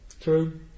True